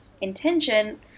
intention